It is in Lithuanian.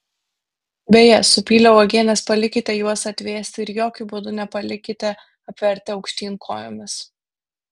beje supylę uogienes palikite juos atvėsti ir jokiu būdu nepalikite apvertę aukštyn kojomis